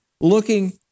Looking